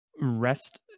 rest